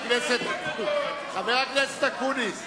חבר הכנסת אקוניס,